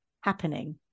happening